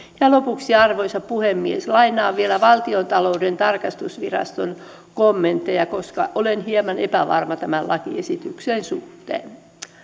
lopuksi arvoisa puhemies lainaan vielä valtiontalouden tarkastusviraston kommentteja koska olen hieman epävarma tämän lakiesityksen suhteen